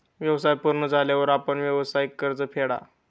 व्यवसाय पूर्ण झाल्यावर आपण व्यावसायिक कर्ज फेडा